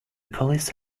police